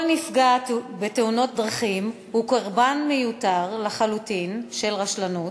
כל נפגע בתאונת דרכים הוא קורבן מיותר לחלוטין של רשלנות,